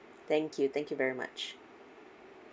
thank you thank you very much